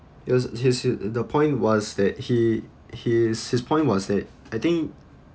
his his the point was that he his his point was that I think